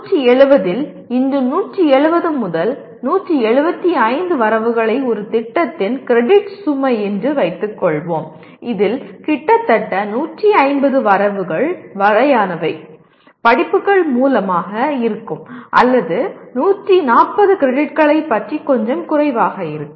170 இல் இன்று 170 முதல் 175 வரவுகளை ஒரு திட்டத்தின் கிரெடிட் சுமை என்று வைத்துக் கொள்வோம் இதில் கிட்டத்தட்ட 150 வரவுகள் வரையானவை படிப்புகள் மூலமாக இருக்கும் அல்லது 140 கிரெடிட்களைப் பற்றி கொஞ்சம் குறைவாகக் இருக்கும்